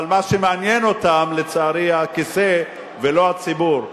אבל מה שמעניין אותם, לצערי, הכיסא ולא הציבור.